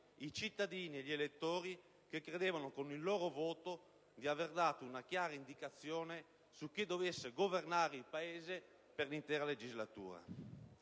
i cittadini e gli elettori che credevano, con il loro voto, di avere dato una chiara indicazione su chi dovesse governare il Paese per l'intera legislatura.